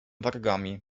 wargami